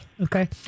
okay